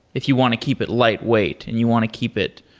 if you want to keep it lightweight and you want to keep it